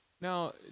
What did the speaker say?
Now